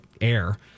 air